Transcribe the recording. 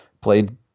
played